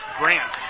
Grant